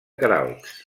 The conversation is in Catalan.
queralbs